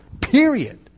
period